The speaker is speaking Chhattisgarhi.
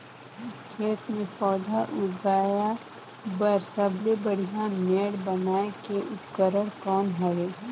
खेत मे पौधा उगाया बर सबले बढ़िया मेड़ बनाय के उपकरण कौन हवे?